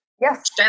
Yes